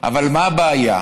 אבל מה הבעיה?